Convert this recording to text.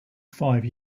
five